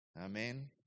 Amen